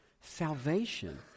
salvation